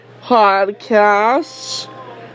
podcast